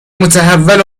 متحول